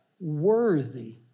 worthy